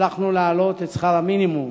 הצלחנו להעלות את שכר המינימום